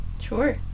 sure